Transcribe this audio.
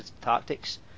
tactics